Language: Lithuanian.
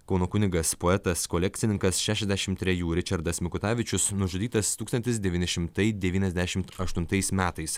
kauno kunigas poetas kolekcininkas šešiasdešimt trejų ričardas mikutavičius nužudytas tūkstantis devyni šimtai devyniasdešimt aštuntais metais